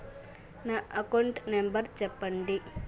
నా account number చెప్పండి?